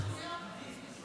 חבר הכנסת אחמד טיבי.